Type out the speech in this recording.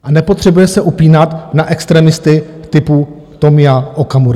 A nepotřebuje se upínat na extremisty typu Tomia Okamury.